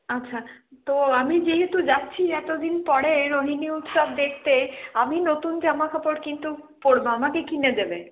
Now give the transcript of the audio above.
আচ্ছা তো আমি যেহেতু যাচ্ছি এতদিন পরে রোহিণী উৎসব দেখতে আমি নতুন জামাকাপড় কিন্তু পড়ব আমাকে কিনে দেবে